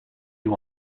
you